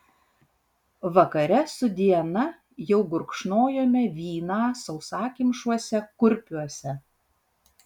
vakare su diana jau gurkšnojome vyną sausakimšuose kurpiuose